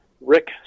Rick